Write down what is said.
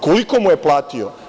Koliko mu je platio?